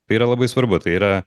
tai yra labai svarbu tai yra